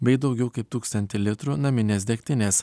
bei daugiau kaip tūkstantį litrų naminės degtinės